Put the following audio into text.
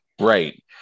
Right